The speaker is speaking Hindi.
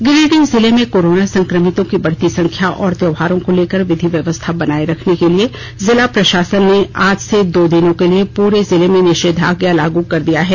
गिरिडीह जिले में कोरोना संक्रमितों की बढ़ती संख्या और त्योहोरों को लेकर विधि व्यवस्था बनाये रखने के लिए जिला प्रशासन ने आज से दो दिनों के लिए प्रे जिले में निषेधाज्ञा लागू कर दिया है